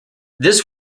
this